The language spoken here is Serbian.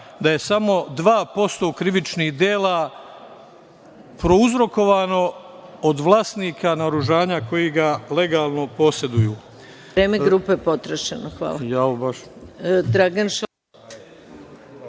da je samo 2% krivičnih dela prouzrokovano od vlasnika naoružanja koji ga legalno poseduju.